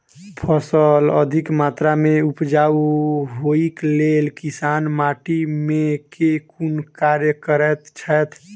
फसल अधिक मात्रा मे उपजाउ होइक लेल किसान माटि मे केँ कुन कार्य करैत छैथ?